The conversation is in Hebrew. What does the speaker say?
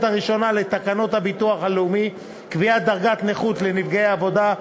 הראשונה לתקנות הביטוח הלאומי (קביעת דרגת נכות לנפגעי עבודה),